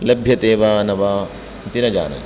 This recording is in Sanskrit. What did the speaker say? लभ्यते वा न वा इति न जाने